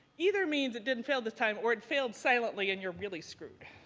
either means it didn't fail this time or it failed silently and you're really screwed.